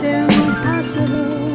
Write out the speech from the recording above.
impossible